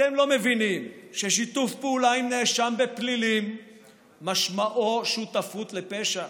אתם לא מבינים ששיתוף פעולה עם נאשם בפלילים משמעו שותפות לפשע?